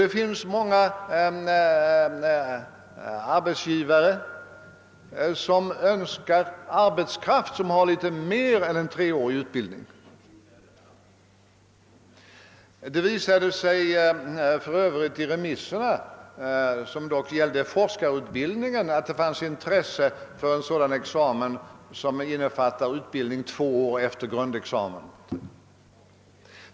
Det finns många arbetsgivare som vill ha arbetskraft som har litet mer än treårig utbildning. Det framgick för övrigt bl.a. av remissvaren, som dock gällde forskarutbildning en, att det fanns intresse för en sådan examen som innefattade utbildning ett par år efter grundexamen.